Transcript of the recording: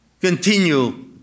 continue